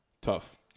Tough